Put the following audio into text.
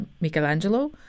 Michelangelo